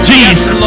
Jesus